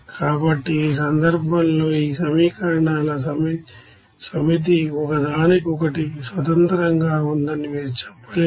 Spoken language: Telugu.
కాబట్టి ఈ సందర్భంలో ఈ సమీకరణాల సమితి ఒకదానికొకటి స్వతంత్రంగా ఉందని మీరు చెప్పలేరు